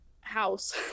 house